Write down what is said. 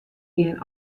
gean